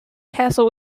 castle